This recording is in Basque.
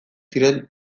ziren